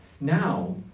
Now